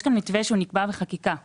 יש כאן מתווה שנקבע בחקיקה.